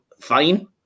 fine